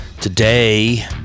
Today